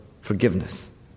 forgiveness